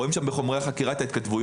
רואים שהוא מודה בהתכתבויות.